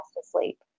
asleep